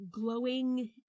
glowing